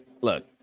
look